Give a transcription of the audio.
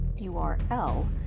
URL